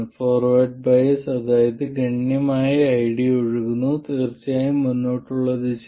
forward bias അതായത് ഗണ്യമായ ID ഒഴുകുന്നു തീർച്ചയായും മുന്നോട്ടുള്ള ദിശയിൽ